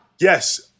Yes